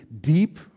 deep